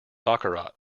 baccarat